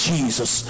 Jesus